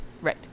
Right